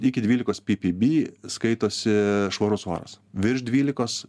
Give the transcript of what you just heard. iki dvylikos ppb skaitosi švarus oras virš dvylikos